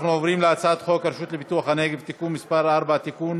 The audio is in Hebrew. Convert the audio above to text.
אנחנו עוברים להצעת חוק הרשות לפיתוח הנגב (תיקון מס' 4) (תיקון),